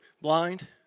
blind